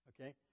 okay